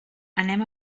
anem